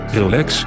relax